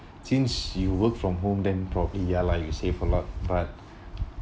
since you work from home then probably ya lah you saved a lot but